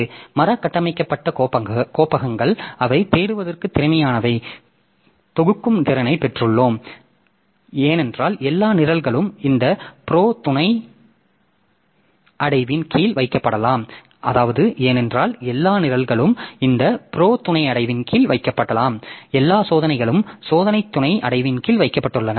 எனவே மரம் கட்டமைக்கப்பட்ட கோப்பகங்கள் அவை தேடுவதற்கு திறமையானவை தொகுக்கும் திறனைப் பெற்றுள்ளோம் ஏனென்றால் எல்லா நிரல்களும் இந்த ப்ரோ துணை அடைவின் கீழ் வைக்கப்படலாம் எல்லா சோதனைகளும் சோதனை துணை அடைவின் கீழ் வைக்கப்பட்டுள்ளன